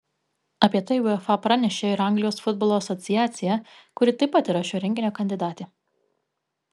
apie tai uefa pranešė ir anglijos futbolo asociacija kuri taip pat yra šio renginio kandidatė